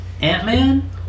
Ant-Man